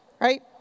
right